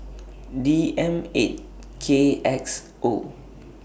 D M eight K X O